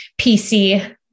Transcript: PC